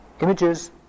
Images